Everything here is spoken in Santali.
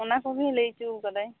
ᱚᱱᱟᱠᱚᱜᱮ ᱞᱟᱹᱭ ᱚᱪᱚᱣᱟᱠᱟᱫᱟᱭ